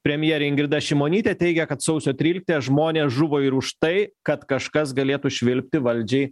premjerė ingrida šimonytė teigia kad sausio tryliktąją žmonės žuvo ir už tai kad kažkas galėtų švilpti valdžiai